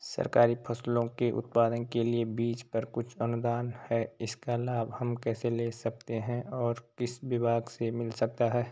सरकारी फसलों के उत्पादन के लिए बीज पर कुछ अनुदान है इसका लाभ हम कैसे ले सकते हैं और किस विभाग से मिल सकता है?